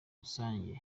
rusange